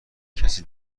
کسی